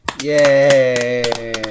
Yay